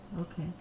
Okay